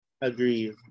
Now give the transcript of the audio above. agree